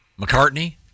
McCartney